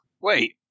Wait